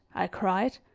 i cried,